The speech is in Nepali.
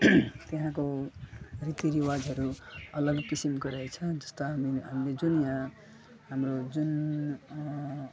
त्यहाँको रीतिरिवाजहरू अलग किसिमको रहेछ जस्तो हामीले हामीले जुन यहाँ हाम्रो जुन